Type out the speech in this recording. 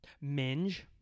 Minge